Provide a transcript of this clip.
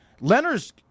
Leonard's